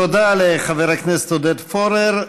תודה לחבר הכנסת עודד פורר.